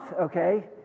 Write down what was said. okay